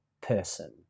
person